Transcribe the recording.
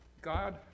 God